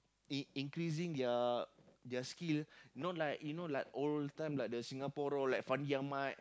it increasing their their skill you know like you know like old time like the Singapore roar like Fandi-Ahmad